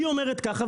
היא אומרת ככה,